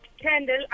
candle